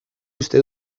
uste